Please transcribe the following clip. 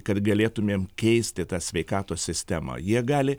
kad galėtumėm keisti tą sveikatos sistemą jie gali